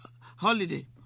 holiday